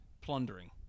plundering